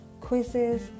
quizzes